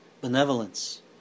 benevolence